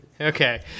okay